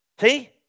See